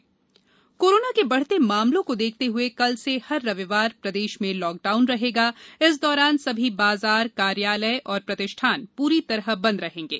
lockdown corona के बढ़ते मामलों को देखते हुए कल से हर रविवार प्रदेश में लॉकडाउन रहेगा इस दौरान सभी बाजार कार्यालय और प्रतिष्ठान पूरी तरह बँद रहेंगे